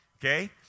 okay